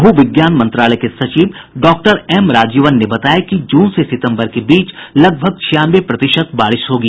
भू विज्ञान मंत्रालय के सचिव डॉक्टर एम राजीवन ने बताया कि जून से सितम्बर के बीच लगभग छियानवे प्रतिशत बारिश होगी